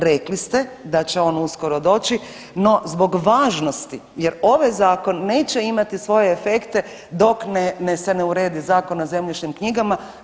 Rekli ste da će on uskoro doći, no zbog važnosti jer ovaj zakon neće imati svoje efekte dok ne, ne se ne uredi Zakon o zemljišnim knjigama.